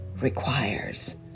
requires